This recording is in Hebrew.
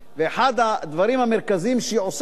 אחד הדברים המרכזיים שהיא עוסקת בהם,